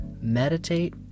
meditate